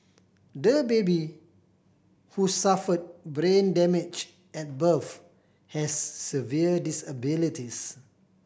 the baby who suffered brain damage at birth has severe disabilities